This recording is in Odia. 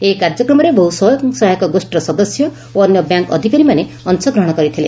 ଏହି କାର୍ଯ୍ୟକ୍ରମରେ ବହୁ ସ୍ୱୟଂ ସହାୟକ ଗୋଷୀର ସଦସ୍ୟ ଓ ଅନ୍ୟ ବ୍ୟାଙ୍କ୍ ଅଧିକାରୀମାନେ ଅଂଶଗ୍ରହଶ କରିଥିଲେ